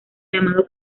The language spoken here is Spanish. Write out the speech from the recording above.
llamado